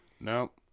nope